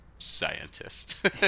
scientist